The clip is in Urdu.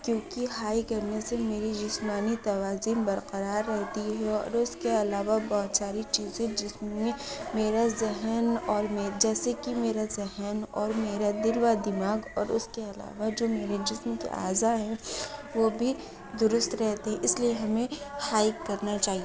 کیوںکہ ہائیک کرنے سے میری جسمانی توازن برقرار رہتی ہے اور اس کے علاوہ بہت ساری چیزیں جسم میں میرا ذہن اور میں جیسے کہ میرا ذہن اور میرا دل و دماغ اور اس کے علاوہ جو میرے جسم کے اعضا ہیں وہ بھی درست رہتے ہیں اس لیے ہمیں ہائیک کرنا چاہیے